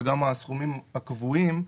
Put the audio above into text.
וגם הסכומים הקבועים,